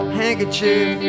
handkerchief